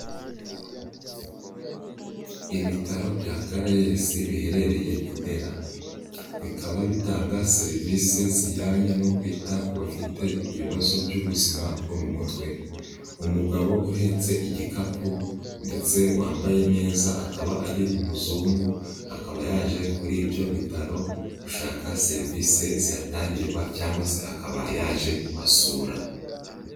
Ibitaro bya Karayesi biherereye i Ndera. Bikaba bitanga serivisi zijyanye no kwita ku bafite ibibazo by'ubuzima bwo mu mutwe. Umugabo uhetse igikapu ndetse wambaye neza akaba ari umuzungu, akaba yaje kuri ibyo bitaro gushaka serivisi zihatangirwa, cyangwa se akaba yaje kuhasura.